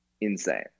insane